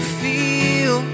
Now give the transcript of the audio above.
feel